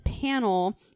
panel